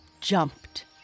jumped